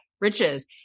riches